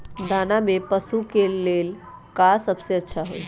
दाना में पशु के ले का सबसे अच्छा होई?